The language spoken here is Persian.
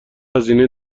هزینه